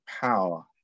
power